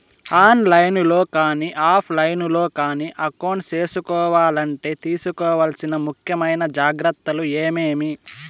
On line లో కానీ offline లో కానీ అకౌంట్ సేసుకోవాలంటే తీసుకోవాల్సిన ముఖ్యమైన జాగ్రత్తలు ఏమేమి?